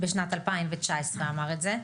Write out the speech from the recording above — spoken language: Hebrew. בשנת 2019 אמר את זה,